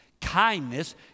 Kindness